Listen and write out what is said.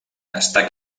està